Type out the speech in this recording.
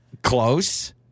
Close